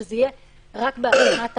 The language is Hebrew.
שזה יהיה רק בהסכמת העצור,